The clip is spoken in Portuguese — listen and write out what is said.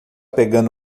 pegando